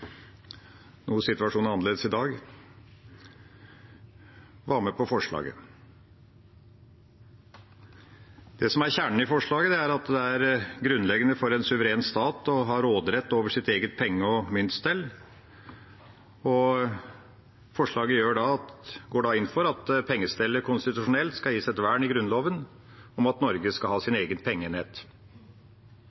situasjonen er annerledes i dag – var med på forslaget. Det som er kjernen i forslaget, er at det er grunnleggende for en suveren stat å ha råderett over sitt eget penge- og myntstell, og forslaget går da inn for at pengestellet konstitusjonelt skal gis et vern i grunnloven om at Norge skal ha